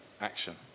action